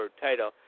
title